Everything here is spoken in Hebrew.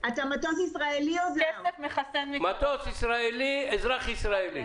מטוס ישראלי, אזרח ישראלי.